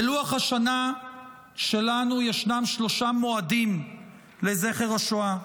בלוח השנה שלנו ישנם שלושה מועדים לזכר השואה: